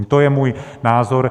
To je můj názor.